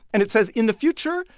and it says, in the future,